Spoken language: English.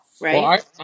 Right